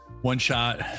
one-shot